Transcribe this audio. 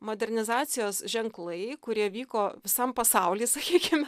modernizacijos ženklai kurie vyko visam pasauly sakykime